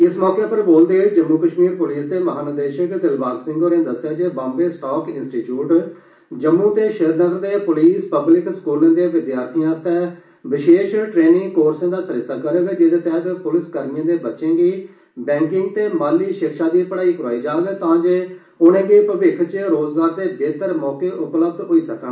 इस मौके पर बोलदे होई जम्मू कश्मीर पुलिस दे महानिदेशक दिलबाग सिंह होरें दस्सेया जे बाम्बे स्टाक इन्सटीचयूट जम्मू ते श्रीनगर दे पोलिस पब्लिक स्कूलें दे विद्यार्थियें आसतै विशेष ट्रेंनिंग कोर्सें दा सरिस्ता करोग जेदे तैहत पुलिसकर्मियें दे बच्चें गी बैंकिंग ते माली शिक्षा दी पढ़ाई करोआई जाग तां जे उनेंगी भविक्ख च रोजगार दे बेहतर मौके उपलब्ध होई सकन